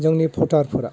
जोंनि भटारफोरा